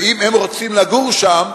ואם הם רוצים לגור שם,